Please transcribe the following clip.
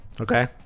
Okay